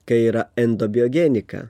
kai yra endobiogenika